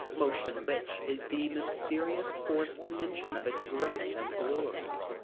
motion which is the mysterious fourth dimension of its grace and glory.